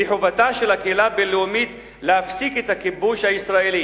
בחובתה של הקהילה הבין-לאומית להפסיק את הכיבוש הישראלי